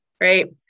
Right